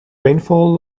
rainfall